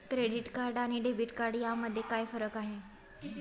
Credit card आणि debit card यामध्ये काय फरक आहे?